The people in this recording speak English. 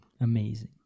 amazing